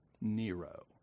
Nero